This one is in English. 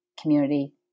community